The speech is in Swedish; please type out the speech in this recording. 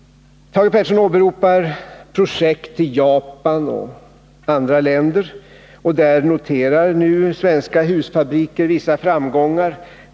Thage Peterson åberopar projekt i Japan och andra länder. Där noterar nu svenska husfabrikanter vissa framgångar.